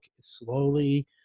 slowly